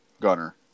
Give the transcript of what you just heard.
Gunner